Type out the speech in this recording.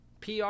PR